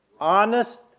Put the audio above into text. honest